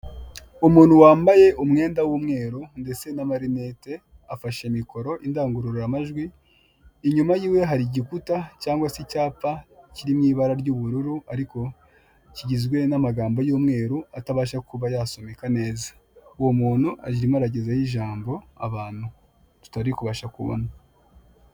Umuntu wambaye umwenda w'umweru ndetse n'amarinete afashe mikoro indangururamajwi inyuma yiwe hari igikuta cyangwase icyapa kiri mw'ibara ry'ubururu ariko kigizwe n'amagambo y'umweru atabasha kuba yasomeka neza uwo muntu arimo aragezaho ijambo abantu tutari kubasha kubona.